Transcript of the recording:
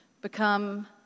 become